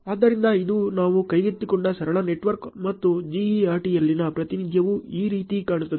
ಆದ್ದರಿಂದ ಇದು ನಾವು ಕೈಗೆತ್ತಿಕೊಂಡ ಸರಳ ನೆಟ್ವರ್ಕ್ ಮತ್ತು GERT ಯಲ್ಲಿನ ಪ್ರಾತಿನಿಧ್ಯವು ಈ ರೀತಿ ಕಾಣುತ್ತದೆ